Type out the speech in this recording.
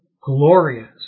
glorious